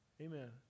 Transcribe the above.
Amen